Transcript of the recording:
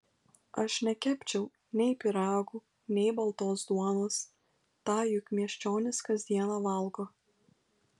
aš nekepčiau nei pyragų nei baltos duonos tą juk miesčionys kas dieną valgo